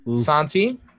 Santi